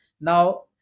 Now